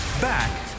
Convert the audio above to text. back